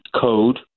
code